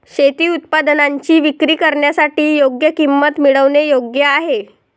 शेती उत्पादनांची विक्री करण्यासाठी योग्य किंमत मिळवणे योग्य आहे